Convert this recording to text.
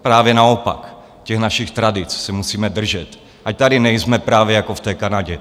Právě naopak, těch našich tradic se musíme držet, ať tady nejsme právě jako v té Kanadě.